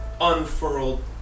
unfurled